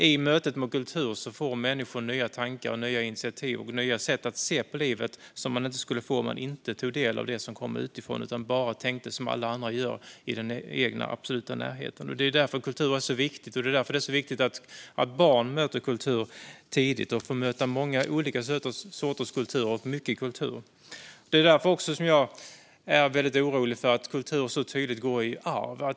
I mötet med kultur får människor nya tankar, nya initiativ och nya sätt att se på livet som man inte skulle få om man inte tog del av det som kommer utifrån utan bara tänkte som alla andra i den egna absoluta närheten gör. Det är därför kultur är så viktigt, och det är därför det är så viktigt att barn möter kultur tidigt och får möta många olika sorters kultur och mycket kultur. Det är också därför jag är väldigt orolig för att kultur så tydligt går i arv.